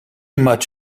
much